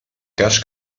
cas